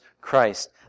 Christ